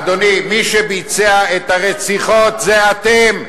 אדוני, מי שביצע את הרציחות, זה אתם.